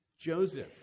Joseph